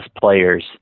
players